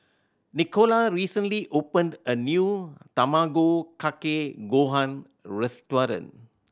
Nicola recently opened a new Tamago Kake Gohan restaurant